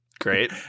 Great